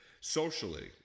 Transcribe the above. Socially